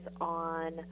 on